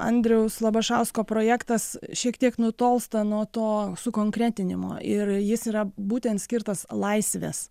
andriaus labašausko projektas šiek tiek nutolsta nuo to sukonkretinimo ir jis yra būtent skirtas laisvės